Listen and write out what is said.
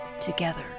together